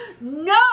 No